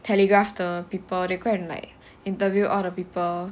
Telegraph the people they go and like interview all the people